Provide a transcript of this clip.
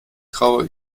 traue